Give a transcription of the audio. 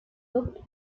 looked